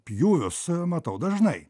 pjūvius a matau dažnai